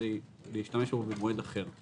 כדי להשתמש בו במועד אחר.